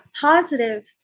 positive